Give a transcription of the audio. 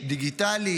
דיגיטלי,